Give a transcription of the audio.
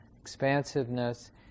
expansiveness